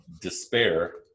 despair